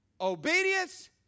Obedience